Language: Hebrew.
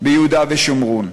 ביהודה ושומרון.